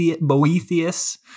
Boethius